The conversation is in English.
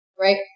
right